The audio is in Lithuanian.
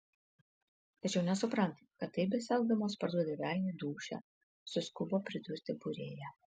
tačiau nesupranta kad taip besielgdamos parduoda velniui dūšią suskubo pridurti būrėja